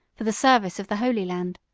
for the service of the holy land.